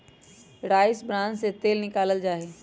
rice bran से तेल निकाल्ल जाहई